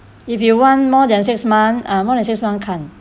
if you want more than six month uh more than six month can't